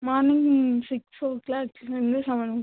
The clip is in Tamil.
மார்னிங் சிக்ஸ் ஓ கிளாக்லேருந்து செவன் ஓ